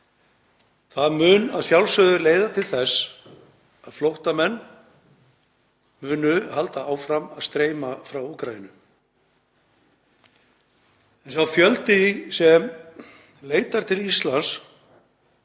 Það mun að sjálfsögðu leiða til þess að flóttamenn munu halda áfram að streyma frá Úkraínu en sá fjöldi sem leitar til Íslands